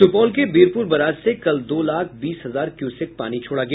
सुपौल के वीरपुर बराज से कल दो लाख बीस हजार क्यूसेक पानी छोडा गया